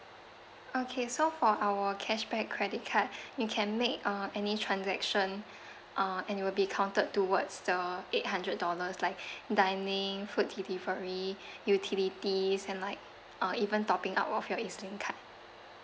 okay so for our cashback credit card you can make uh any transaction uh and it will be counted towards the eight hundred dollars like dining food delivery utilities and like uh even topping up of your E_Z link card